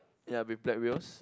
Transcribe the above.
ya with black wheels